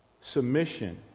Submission